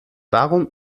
warum